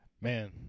Man